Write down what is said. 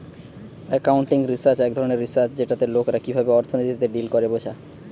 accounting research এক ধরণের research যেটাতে লোকরা কিভাবে অর্থনীতিতে ডিল করে বোঝা